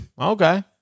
Okay